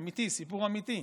אמיתי, סיפור אמיתי.